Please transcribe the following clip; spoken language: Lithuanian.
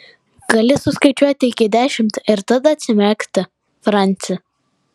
gali suskaičiuoti iki dešimt ir tada atsimerkti franci